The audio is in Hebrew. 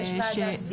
יש ועדת בדיקה?